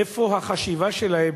איפה החשיבה שלהם.